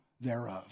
thereof